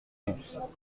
mons